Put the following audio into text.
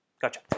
Gotcha